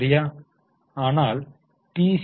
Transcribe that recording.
சரியா ஆனால் டி